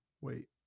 wait